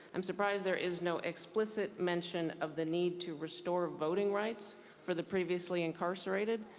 i'm surprised there is no explicit mention of the need to restore voting rights for the previously incarcerated,